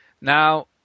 now